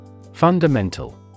Fundamental